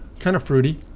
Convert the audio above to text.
kind of fruity.